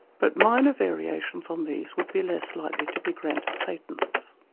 but minor variations on these would be less likely to be granted patents.